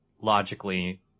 logically